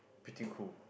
pretty cool